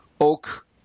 Oak